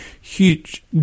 huge